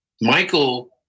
Michael